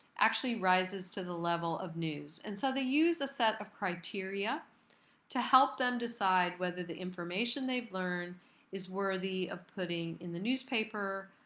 actually rises to the level of news. and so they use a set of criteria to help them decide whether the information they learn is worthy of putting in the newspaper,